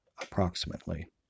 approximately